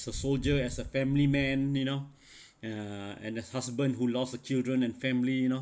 the soldier as a family man you know uh and the husband who lost the children and family you know